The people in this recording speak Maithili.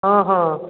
हँ हँ